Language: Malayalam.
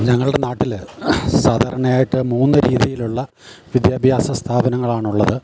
ഞങ്ങളുടെ നാട്ടിൽ സാധാരണയായിട്ട് മൂന്ന് രീതിയിൽ ഉള്ള വിദ്യാഭ്യാസ സ്ഥാപനങ്ങളാണ് ഉള്ളത്